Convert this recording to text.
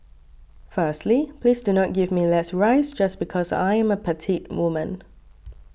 firstly please do not give me less rice just because I am a petite woman